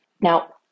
Now